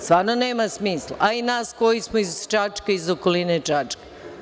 Stvarno nema smisla, a i nas koji smo iz Čačka, iz okoline Čačka.